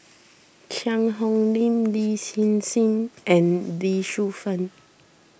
Cheang Hong Lim Lin Hsin Hsin and Lee Shu Fen